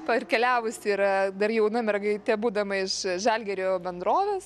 parkeliavusi yra dar jauna mergaitė būdama iš žalgirio bendrovės